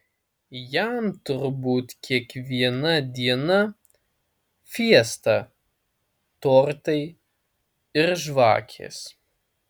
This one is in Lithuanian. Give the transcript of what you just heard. jam turbūt kiekviena diena fiesta tortai ir žvakės